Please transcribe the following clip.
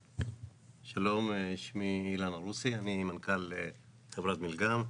שלום, שמי אילן ערוסי, אני מנכ"ל חברת מילגם.